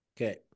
Okay